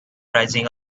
rising